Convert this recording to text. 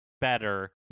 better